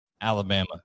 Alabama